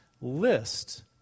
list